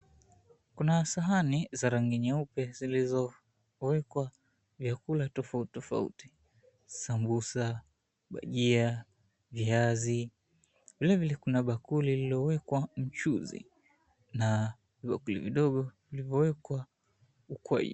Kuna sahani za rangi nyeupe vyakula vya rangi tofauti tofauti sambusa, bajia, viazi vile vile kuna bakuli lililoekwa mchuzi na vibakuli vidogo vilivyoekwa ukwaju.